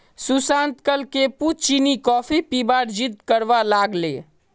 सुशांत कल cappuccino coffee पीबार जिद्द करवा लाग ले